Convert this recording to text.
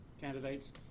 candidates